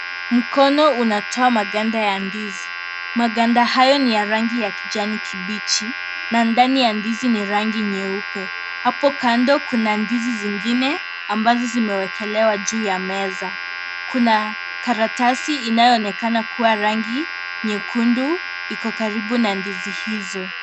Mkono unatoa maganda ya ndizi. Maganda hayo ni ya rangi ya kijani kibichi na ndani ya ndizi ni rangi nyeupe. Hapo kando kuna ndizi zingine ambazo zimewekelewa juu ya meza. Kuna karatasi inayoonekana kuwa rangi nyekundu iko karibu na ndizi hizo.